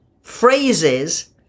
phrases